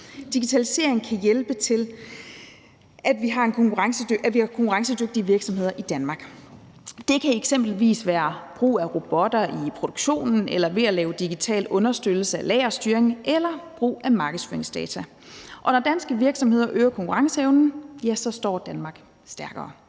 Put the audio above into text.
Digitalisering kan hjælpe til, at vi har konkurrencedygtige virksomheder i Danmark. Det kan eksempelvis være brug af robotter i produktionen eller ved at lave digital understøttelse af lagerstyring eller brug af markedsføringsdata. Og når danske virksomheder øger konkurrenceevnen, ja, så står Danmark stærkere.